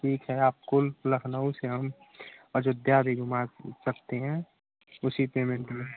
ठीक है आपको लखनऊ से हम अयोध्या भी घुमा सकते हैं उसी पेमेंट में